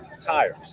tires